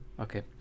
Okay